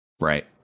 right